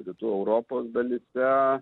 rytų europos dalyse